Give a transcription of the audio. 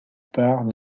part